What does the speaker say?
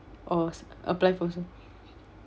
or s~ apply for some